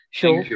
show